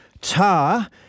Tar